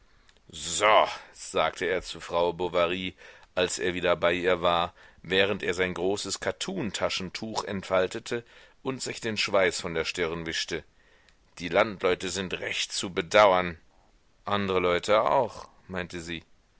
so sagte er zu frau bovary als er wieder bei ihr war während er sein großes kattuntaschentuch entfaltete und sich den schweiß von der stirn wischte die landleute sind recht zu bedauern andre leute auch meinte sie